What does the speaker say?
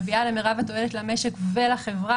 מביאה למרב התועלת למשק ולחברה.